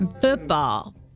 Football